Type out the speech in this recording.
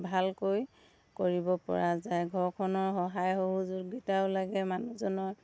ভালকৈ কৰিবপৰা যায় ঘৰখনৰ সহায় সহযোগিতাও লাগে মানুহজনৰ